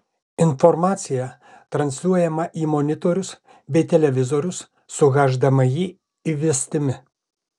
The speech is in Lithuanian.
informacija transliuojama į monitorius bei televizorius su hdmi įvestimi